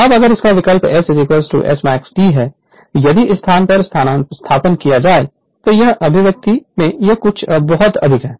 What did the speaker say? अब अगर इसका विकल्प S Smax T यदि इस स्थान पर स्थानापन्न किया जाए तो इस अभिव्यक्ति में यह बहुत अधिक है